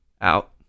out